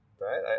right